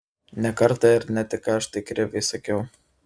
ne kartą ir ne tik aš tai kriviui sakiau